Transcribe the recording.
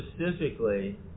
specifically